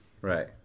Right